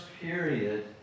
period